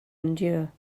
endure